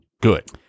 good